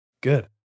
Good